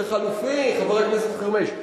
זה חלופי, חבר הכנסת חרמש.